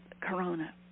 corona